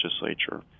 legislature